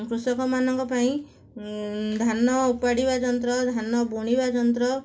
କୃଷକମାନଙ୍କ ପାଇଁ ଧାନ ଉପାଡ଼ିବା ଯନ୍ତ୍ର ଧାନ ବୁଣିବା ଯନ୍ତ୍ର